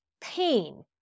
pain